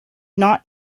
not